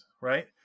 right